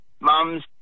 Mums